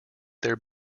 there